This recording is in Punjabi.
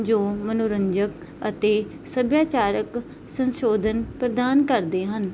ਜੋ ਮੰਨੋਰੰਜਕ ਅਤੇ ਸੱਭਿਆਚਾਰਕ ਸੰਸ਼ੋਧਨ ਪ੍ਰਦਾਨ ਕਰਦੇ ਹਨ